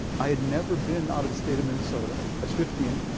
i had never been out of the state of minnesota. i was fifteen,